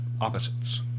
opposites